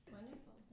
Wonderful